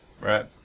right